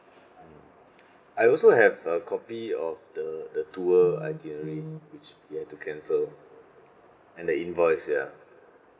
I also have a copy of the the tour itinerary which we had to cancel and the invoice ya